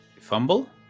fumble